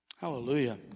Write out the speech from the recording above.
Hallelujah